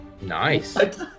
Nice